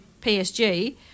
PSG